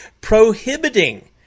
prohibiting